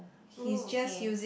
oh okay